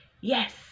Yes